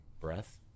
breath